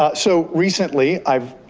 ah so recently i've